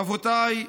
רבותיי,